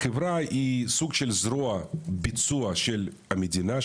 החברה היא סוג של זרוע ביצוע של המדינה,